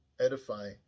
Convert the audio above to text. edify